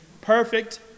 perfect